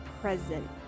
present